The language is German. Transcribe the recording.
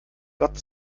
gott